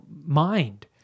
mind